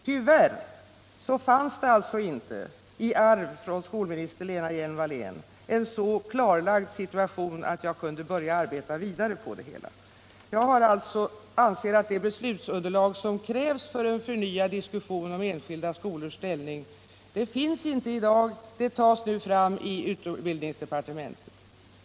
Tyvärr fanns det alltså inte i arv från skolminister Lena Hjelm-Wallén en så klarlagd situation att jag kunde börja arbeta vidare på det hela. Jag anser att det beslutsunderlag som krävs för en förnyad diskussion om enskilda skolors ställning inte finns i dag. Det tas nu fram i utbildningsdepartementet.